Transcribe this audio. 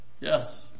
Yes